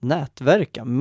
Nätverka